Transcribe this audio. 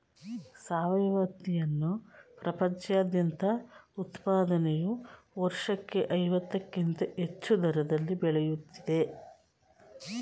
ಸಾವಯವ ಹತ್ತಿಯನ್ನು ಪ್ರಪಂಚದಾದ್ಯಂತ ಉತ್ಪಾದನೆಯು ವರ್ಷಕ್ಕೆ ಐವತ್ತಕ್ಕಿಂತ ಹೆಚ್ಚು ದರದಲ್ಲಿ ಬೆಳೆಯುತ್ತಿದೆ